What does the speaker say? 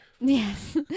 Yes